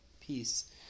peace